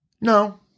No